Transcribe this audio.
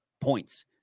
points